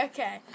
Okay